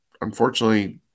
unfortunately